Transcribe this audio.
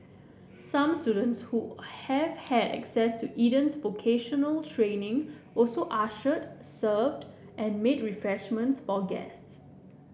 some students who have had access to Eden's vocational training also ushered served and made refreshments for guests